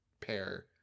pair